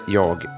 jag